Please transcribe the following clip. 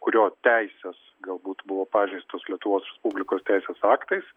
kurio teisės galbūt buvo pažeistos lietuvos publikos teisės aktais